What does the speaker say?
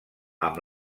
amb